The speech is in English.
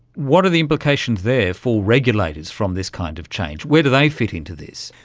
what are the implications there for regulators from this kind of change, where do they fit into this?